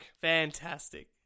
Fantastic